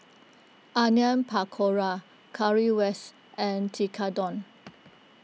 Onion Pakora Currywurst and Tekkadon